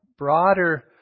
Broader